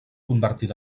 convertir